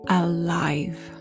alive